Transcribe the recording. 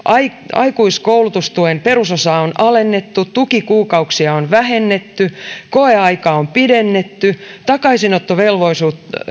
aikuiskoulutustuen perusosaa on alennettu tukikuukausia on vähennetty koeaikaa on pidennetty takaisinottovelvollisuutta